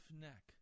neck